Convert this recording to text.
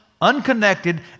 unconnected